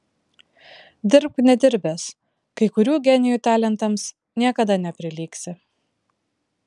dirbk nedirbęs kai kurių genijų talentams niekada neprilygsi